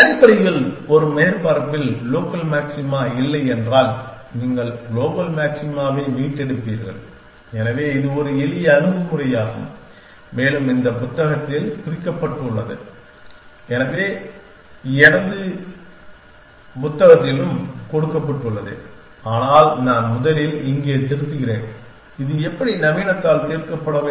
அடிப்படையில் ஒரு மேற்பரப்பில் லோக்கல் மாக்சிமா இல்லை என்றால் நீங்கள் க்ளோபல் மாக்சிமாவை மீட்டெடுப்பீர்கள் எனவே இது ஒரு எளிய அணுகுமுறையாகும் மேலும் இந்த புத்தகத்தில் குறிப்பிடப்பட்டுள்ளது இது எனது புத்தகத்திலும் கொடுக்கப்பட்டுள்ளது ஆனால் நான் முதலில் இங்கே திருத்துகிறேன் இது எப்படி நவீனத்தால் தீர்க்கப்பட வேண்டும்